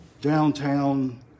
downtown